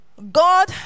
God